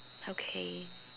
okay